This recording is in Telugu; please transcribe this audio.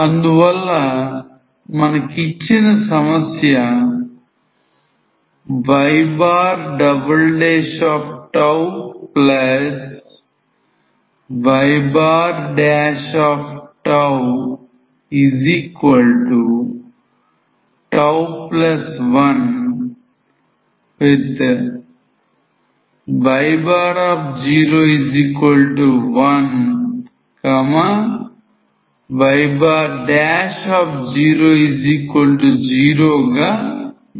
అందువల్ల మనకు ఇచ్చిన సమస్య yyτ1 with y01 y00గా మారుతుంది